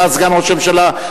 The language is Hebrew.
אתה סגן ראש הממשלה,